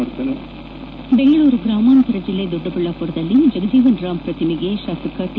ಧ್ವನಿ ಬೆಂಗಳೂರು ಗ್ರಾಮಾಂತರ ಜಿಲ್ಲೆ ದೊಡ್ಡಬಳ್ಳಾಪುರದಲ್ಲಿ ಬಾಬು ಜಗಜೀವನ್ ರಾಂ ಪ್ರತಿಮೆಗೆ ಶಾಸಕ ಟಿ